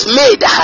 made